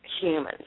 humans